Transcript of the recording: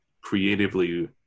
creatively